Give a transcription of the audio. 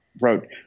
wrote